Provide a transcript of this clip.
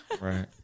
right